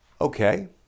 Okay